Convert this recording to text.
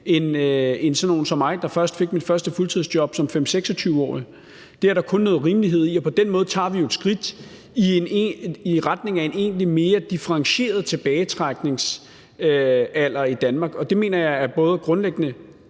end sådan nogle som mig, der først fik mit første fuldtidsjob som 25-26-årig. Det er der kun rimelighed i, og på den måde tager vi jo et skridt i retning af en egentlig mere differentieret tilbagetrækningsalder i Danmark, og det mener jeg er grundlæggende